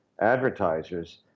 advertisers